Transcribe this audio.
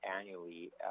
annually